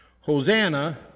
Hosanna